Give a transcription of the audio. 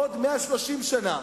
בעוד 130 שנה,